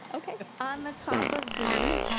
okay. on the top of d,